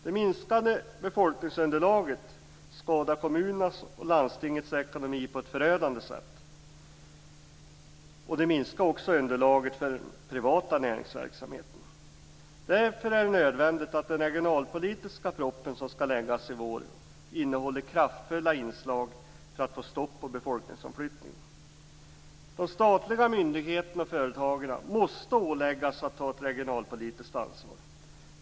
Det minskande befolkningsunderlaget skadar kommunernas och landstingets ekonomi på ett förödande sätt och minskar underlaget även för den privata näringsverksamheten. Därför är det nödvändigt att den regionalpolitiska proposition som skall läggas fram i vår innehåller kraftfulla inslag för att få stopp på befolkningsomflyttningen. De statliga myndigheterna och företagen måste åläggas att ta ett regionalpolitiskt ansvar.